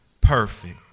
perfect